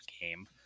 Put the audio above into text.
game